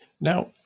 Now